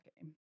game